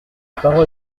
parole